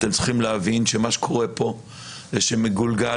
אתם צריכים להבין שמה שקורה פה זה שמגולגל